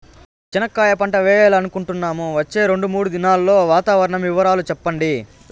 చెనక్కాయ పంట వేయాలనుకుంటున్నాము, వచ్చే రెండు, మూడు దినాల్లో వాతావరణం వివరాలు చెప్పండి?